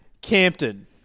Campton